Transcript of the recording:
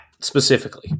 Specifically